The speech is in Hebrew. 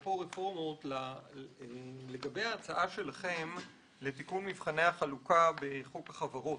לגבי ההצעה שלכם לתיקון מבחני החלוקה בחוק החברות,